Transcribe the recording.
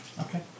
Okay